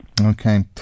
Okay